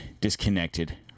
disconnected